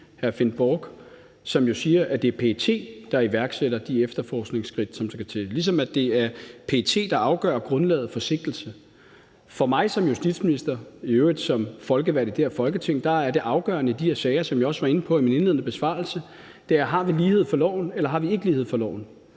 som jo siger, at det er PET, der iværksætter de efterforskningsskridt, der skal til. Det er også PET, der afgør grundlaget for sigtelse. For mig som justitsminister og folkevalgt til det her Folketing er det afgørende i de her sager, som jeg også var inde på i min indledende besvarelse, om vi har lighed for loven, eller om vi ikke har lighed for loven.